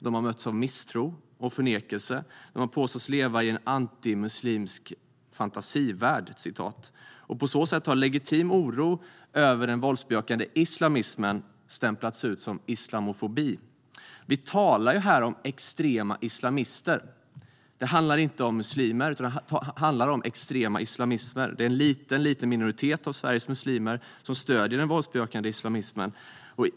De har mötts av misstro och förnekelse. De har påståtts leva i en antimuslimsk fantasivärld. På så sätt har legitim oro över den våldsbejakande islamismen stämplats som islamofobi. Vi talar här om extrema islamister. Det handlar inte om muslimer utan om extrema islamister. Det är en liten minoritet av Sveriges muslimer som stöder den våldsbejakande islamismen.